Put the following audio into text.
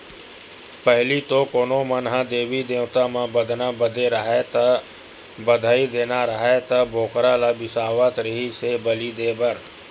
पहिली तो कोनो मन ह देवी देवता म बदना बदे राहय ता, बधई देना राहय त बोकरा ल बिसावत रिहिस हे बली देय बर